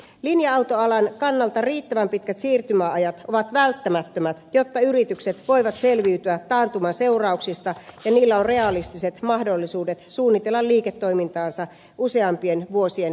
linja autoalan kannalta riittävän pitkät siirtymäajat ovat välttämättömät jotta yritykset voivat selviytyä taantuman seurauksista ja niillä on realistiset mahdollisuudet suunnitella liiketoimintaansa useampien vuosien aikajänteellä